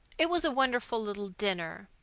it was a wonderful little dinner.